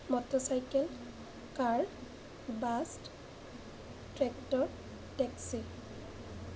motorcycle car bus tractor taxi